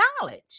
knowledge